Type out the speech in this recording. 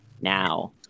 now